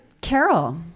Carol